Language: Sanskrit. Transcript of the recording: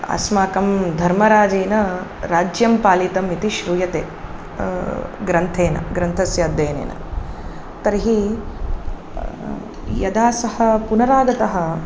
अस्माकं धर्मराजेन राज्यं पालितम् इति श्रूयते ग्रन्थेन ग्रन्थस्य अध्ययनेन तर्हि यदा सः पुनरागतः